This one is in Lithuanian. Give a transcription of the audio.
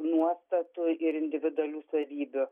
nuostatų ir individualių savybių